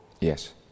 Yes